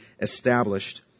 established